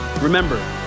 Remember